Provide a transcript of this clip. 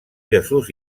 jesús